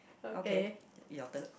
okay your turn